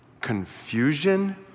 Confusion